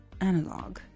analog